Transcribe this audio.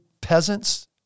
peasants